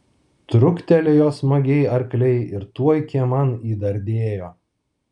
truktelėjo smagiai arkliai ir tuoj kieman įdardėjo